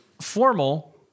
formal